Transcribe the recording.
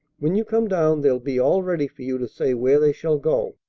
when you come down, they'll be all ready for you to say where they shall go.